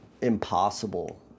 impossible